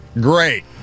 great